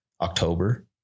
October